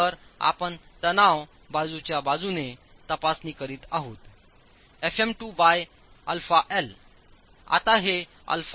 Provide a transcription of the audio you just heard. तर आपण तणाव बाजूच्या बाजूने तपासणी करीत आहात fm2 बाय αL